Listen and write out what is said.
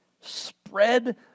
spread